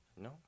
no